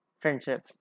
friendship